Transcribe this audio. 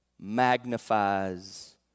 magnifies